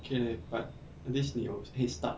okay but that means 你有 headstart